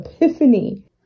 epiphany